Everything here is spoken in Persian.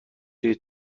توی